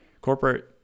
corporate